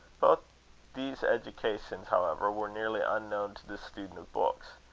both these educations, however were nearly unknown to the student of books.